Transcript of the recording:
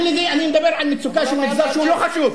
אני מדבר על מצוקה של מגזר שהוא לא חשוב,